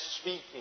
speaking